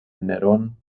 nerón